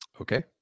Okay